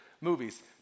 movies